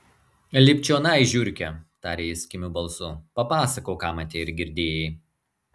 lipk čionai žiurke tarė jis kimiu balsu papasakok ką matei ir girdėjai